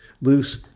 loose